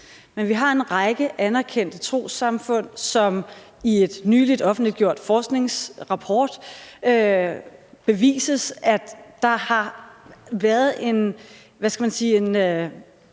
Men vi har en række anerkendte trossamfund, hvor det i en nylig offentliggjort forskningsrapport bevises, at der har været –